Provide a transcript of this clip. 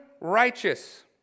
righteous